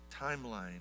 timeline